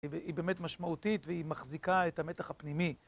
היא באמת משמעותית והיא מחזיקה את המתח הפנימי